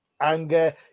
anger